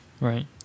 Right